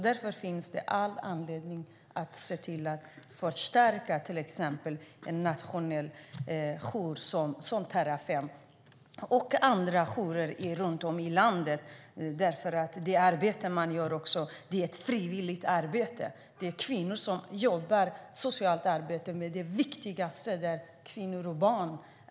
Därför finns det all anledning att se till att förstärka till exempel en nationell jour som Terrafem och andra jourer runt om i landet. Det arbete man gör där är ett frivilligt arbete. Det är kvinnor som utför ett socialt arbete där det viktigaste är kvinnor och barn.